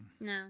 No